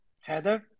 Heather